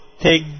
take